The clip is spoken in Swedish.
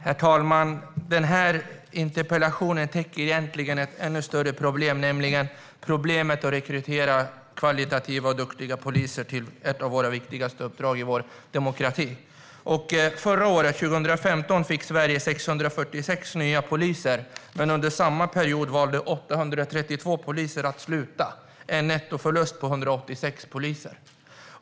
Herr talman! Denna interpellation täcker egentligen ett ännu större problem, nämligen problemet att rekrytera kvalitativa och duktiga poliser till ett av de viktigaste uppdragen i vår demokrati. Förra året - 2015 - fick Sverige 646 nya poliser. Men under samma period valde 832 poliser att sluta. Det är en nettoförlust på 186 poliser.